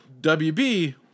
WB